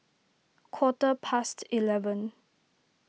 quarter past eleven